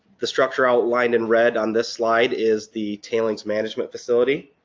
the structure outlined in red on this slide is the tailings management facility.